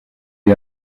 les